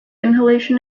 inhalation